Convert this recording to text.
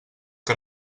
que